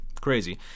Crazy